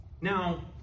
Now